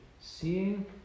seeing